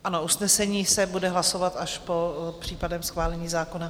Ano, usnesení se bude hlasovat až po případném schválení zákona.